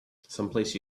someplace